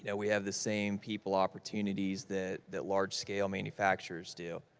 yeah we have the same people opportunities that that large-scale manufacturers do.